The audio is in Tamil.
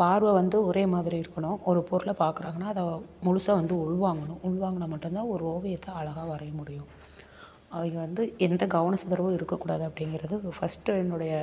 பார்வை வந்து ஒரே மாதிரி இருக்கணும் ஒரு பொருளை பார்க்குறாங்கன்னா அதை முழுசாக வந்து உள்வாங்கணும் உள்வாங்கினா மட்டும்தான் ஒரு ஓவியத்தை அழகாக வரைய முடியும் அவங்க வந்து எந்த கவன சிதறவும் இருக்கக்கூடாது அப்படிங்கிறது ஒரு ஃபர்ஸ்ட்டு என்னுடைய